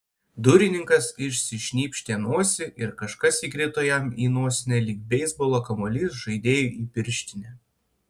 durininkas išsišnypštė nosį ir kažkas įkrito jam į nosinę lyg beisbolo kamuolys žaidėjui į pirštinę